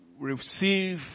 receive